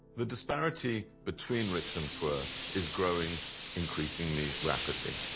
the disparity between rich and poor is growing increasingly rapidly.